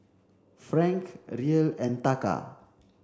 Franc Riel and Taka